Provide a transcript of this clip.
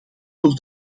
voor